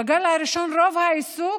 בגל הראשון, רוב העיסוק,